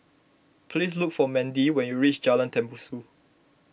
please look for Mendy when you reach Jalan Tembusu